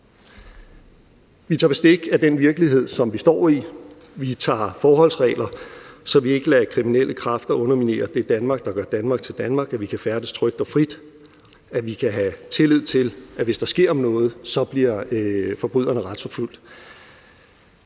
Vi tager bestik af den virkelighed, som vi står i. Vi tager forholdsregler, så vi ikke lader kriminelle kræfter underminere det Danmark, der gør Danmark til Danmark: at vi kan færdes trygt og frit, at vi kan have tillid til, at hvis der sker noget, bliver forbryderne retsforfulgt.